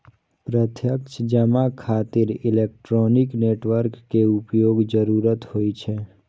प्रत्यक्ष जमा खातिर इलेक्ट्रॉनिक नेटवर्क के उपयोगक जरूरत होइ छै